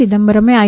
ચિદમ્બરમે I